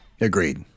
Agreed